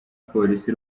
polisi